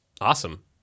Awesome